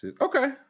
Okay